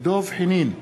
דב חנין,